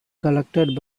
collected